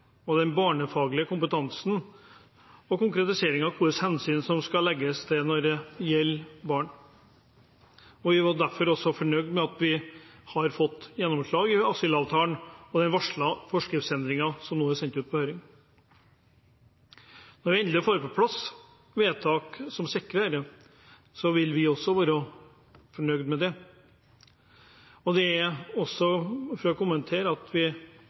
den barnefaglige kompetansen og konkretiseringer av hvilke hensyn som skal vektlegges når det gjelder barn. Vi var derfor også fornøyd med at vi har fått gjennomslag i asylavtalen, med de varslede forskriftsendringene som nå er sendt ut på høring. Når vi endelig får på plass et vedtak som sikrer dette, vil vi også være fornøyd med det. Det er – for å kommentere det – fordi barnets situasjon må vektlegges i større grad. Vi